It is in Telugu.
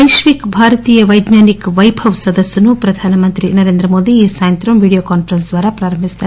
వైశ్విక్ భారతీయ వైజ్ఞానిక్ వైభవ్ సదస్సును ప్రధానమంత్రి నరేంద్రమోదీ ఈ సాయంత్రం వీడియో కాన్సరెన్సింగ్ ద్వారా ప్రారంభించనున్నారు